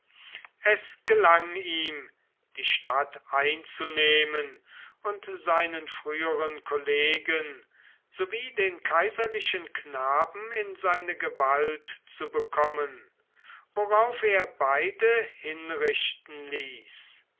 es gelang ihm die stadt einzunehmen und seinen früheren kollegen sowie den kaiserlichen knaben in seine gewalt zu bekommen worauf er beide hinrichten ließ